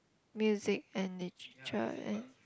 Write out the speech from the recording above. music and Literature